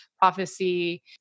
prophecy